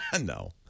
No